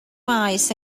maes